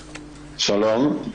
שלום.